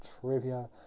trivia